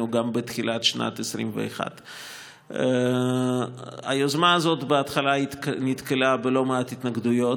גם בתחילת שנת 2021. היוזמה הזאת בהתחלה נתקלה בלא מעט התנגדויות,